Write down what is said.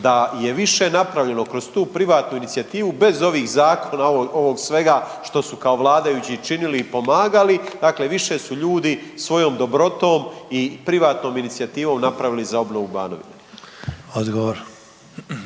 da je više napravljeno kroz tu privatnu inicijativu bez ovih zakona, ovog svega što su kao vladajući činili i pomagali. Dakle više su ljudi svojom dobrotom i privatnom inicijativom napravili za obnovu Banovine.